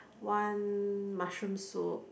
one mushroom soup